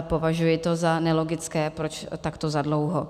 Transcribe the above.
Považuji to za nelogické, proč takto zadlouho.